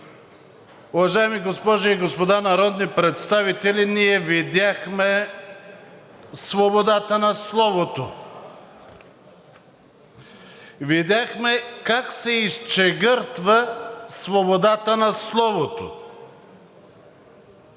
Уважаеми госпожи и господа народни представители! Ние видяхме свободата на словото, видяхме как се изчегъртва свободата на словото